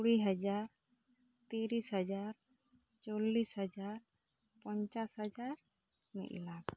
ᱠᱩᱲᱤ ᱦᱟᱡᱟᱨ ᱛᱤᱨᱤᱥ ᱦᱟᱡᱟᱨ ᱪᱚᱞᱞᱤᱥ ᱦᱟᱡᱟᱨ ᱯᱚᱧᱪᱟᱥ ᱦᱟᱡᱟᱨ ᱢᱤᱫᱞᱟᱠ